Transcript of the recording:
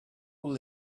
will